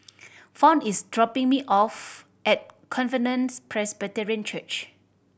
Fount is dropping me off at Covenants Presbyterian Church